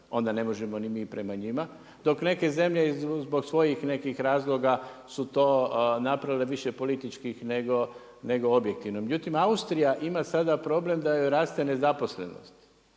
onda ne možemo ni mi prema njima, dok neke zemlje, zbog svojih nekih razloga, su to napravile više političkih nego objektivno. Međutim, Austrija ima sada problem da joj raste nezaposlenost